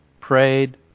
prayed